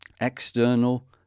external